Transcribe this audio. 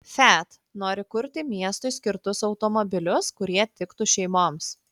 fiat nori kurti miestui skirtus automobilius kurie tiktų šeimoms